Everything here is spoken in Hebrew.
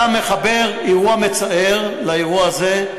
לא פגעתי, אתה מחבר אירוע מצער לאירוע הזה,